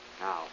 Now